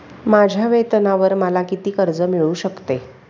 माझ्या वेतनावर मला किती कर्ज मिळू शकते?